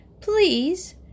Please